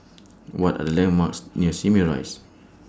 What Are The landmarks near Simei Rise